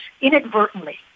inadvertently